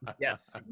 yes